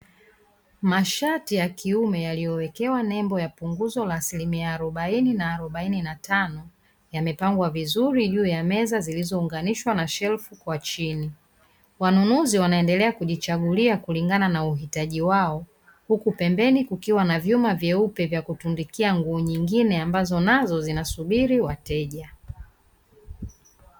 Mashati ya kiume yaliyowekewa nembo ya punguzo la asilimia arobaini na arobaini na tano yamepangwa vizuri juu ya meza zilizounganishwa na shelfu kwa chini. Wanunuzi wanaendelea kujichagulia kulingana na uhitaji wao. Huku pembeni kukiwa na vyuma vyeupe vya kutundikia nguo nyingine ambazo nazo zinasubiri wateja.